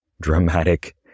dramatic